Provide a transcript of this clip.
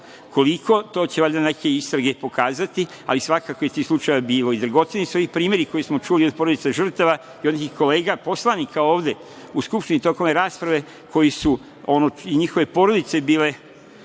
Koliko, to će valjda neke istrage pokazati, ali svakako je tih slučajeva bilo. Dragoceni su ovi primeri koje smo čuli od porodice žrtava i određenih kolega poslanika ovde u Skupštini tokom rasprave gde su i njihove porodice bile,